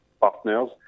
partners